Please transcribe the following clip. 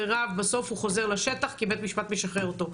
מירב בסוף הוא חוזר לשטח כי בית משפט משחרר אותו,